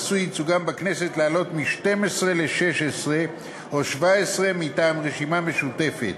עשוי ייצוגם בכנסת לעלות מ-12 ל-16 או 17 מטעם רשימה משותפת.